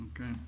Okay